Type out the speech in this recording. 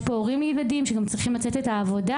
יש פה הורים לילדים שגם צריכים לצאת לעבודה.